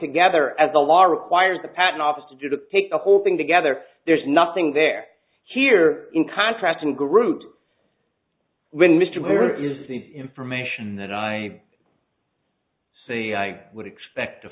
together as the law requires the patent office to do to take the whole thing together there's nothing there here in contrast in group when mr blair is the information that i see i would expect to